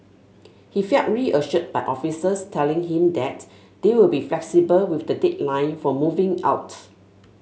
he felt reassured by officers telling him that they will be flexible with the deadline for moving out